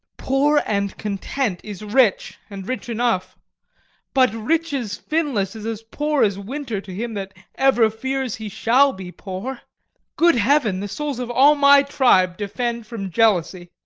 poor and content is rich, and rich enough but riches fineless is as poor as winter to him that ever fears he shall be poor good heaven, the souls of all my tribe defend from jealousy!